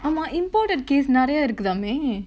ஆமா:aamaa imported case நரையா இருக்குதாமே:naraiyaa irukkuthaamae